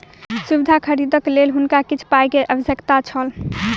सुविधा खरीदैक लेल हुनका किछ पाई के आवश्यकता छल